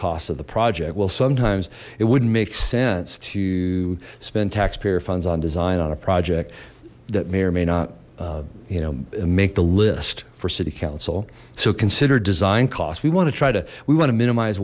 cost of the project well sometimes it wouldn't make sense to spend taxpayer funds on design on a project that may or may not you know make the list for city council so consider design cost we want to try to we want to minimize